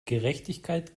gerechtigkeit